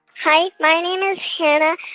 hi. my name is shanna.